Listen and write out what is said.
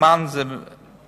"מן" זה בן-אדם,